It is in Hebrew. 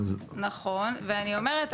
נכון ואני אומרת,